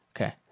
Okay